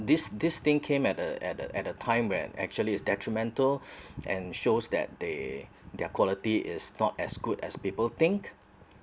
this this thing came at a at a at a time when actually is detrimental and shows that they their quality is not as good as people think